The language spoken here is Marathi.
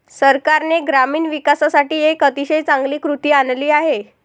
सरकारने ग्रामीण विकासासाठी एक अतिशय चांगली कृती आणली आहे